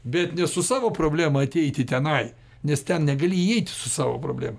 bet ne su savo problema ateiti tenai nes ten negali įeiti su savo problema